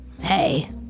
Hey